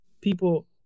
people